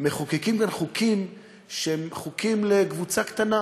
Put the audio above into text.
מחוקקים כאן חוקים שהם חוקים לקבוצה קטנה.